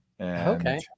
okay